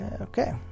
okay